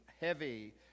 heavy